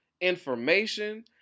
information